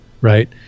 right